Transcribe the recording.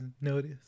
notice